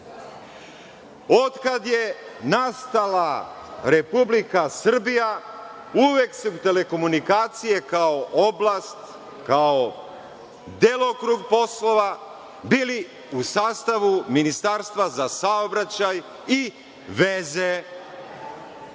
je nastala Republika Srbija, uvek su telekomunikacije kao oblast, kao delokrug poslova bili u sastavu Ministarstva za saobraćaj i veze.